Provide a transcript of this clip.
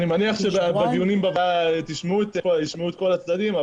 אני מניח שתשמעו את כל הצדדים,